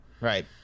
Right